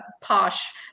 posh